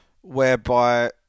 whereby